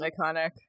iconic